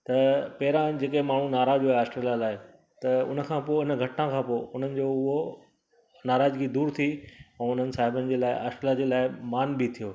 त पहिरां जेके माण्हू नाराज़ हुआ ऑस्ट्रेलिआ लाइ त हुन खां पोइ हुन घटना खां पोइ हुनजी उहा नाराज़गी दूरि थी ऐं उन्हनि साहिबनि जे लाइ अशला जे लाइ मानु बि थियो